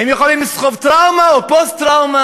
הם יכולים לסחוב טראומה או פוסט-טראומה,